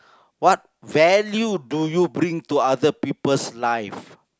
what value do you bring to other people lives